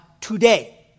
today